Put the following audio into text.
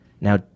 Now